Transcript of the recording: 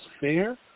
fair